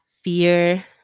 fear